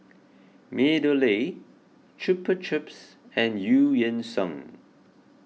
MeadowLea Chupa Chups and Eu Yan Sang